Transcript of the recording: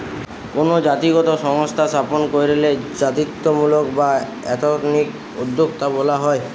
কোনো জাতিগত সংস্থা স্থাপন কইরলে জাতিত্বমূলক বা এথনিক উদ্যোক্তা বলা হয়